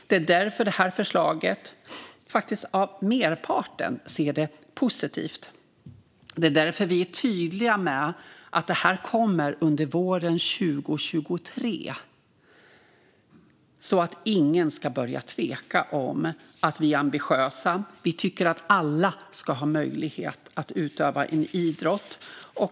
Det är därför merparten ser det här förslaget som positivt. Det är därför vi är tydliga med att det här kommer under våren 2023 så att ingen ska börja tvivla på att vi är ambitiösa och att vi tycker att alla ska ha möjlighet att utöva en idrott.